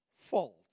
fault